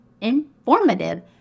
informative